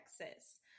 Texas